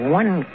one